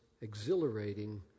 exhilarating